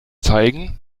zeigen